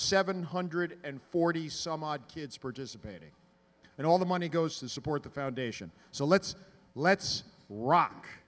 seven hundred and forty some odd kids participating and all the money goes to support the foundation so let's let's rock